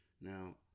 Now